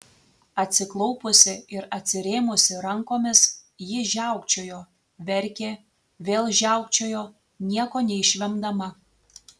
atsiklaupusi ir atsirėmusi rankomis ji žiaukčiojo verkė vėl žiaukčiojo nieko neišvemdama